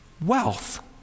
wealth